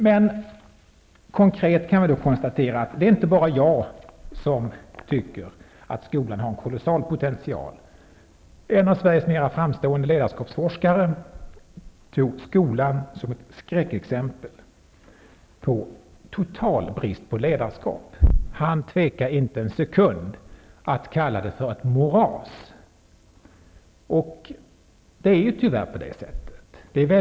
Men konkret kan vi konstatera att det inte bara är jag som tycker att skolan har en kolossal potential. En av Sveriges mera framstående ledarskapsforskare har anfört skolan som ett skräckexempel på total brist på ledarskap. Han tvekar inte en sekund att kalla den ett moras, och det är tyvärr riktigt.